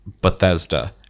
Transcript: Bethesda